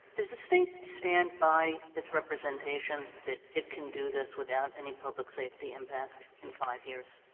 does the state stand by its representation that it can do this without any public safety impact in five years?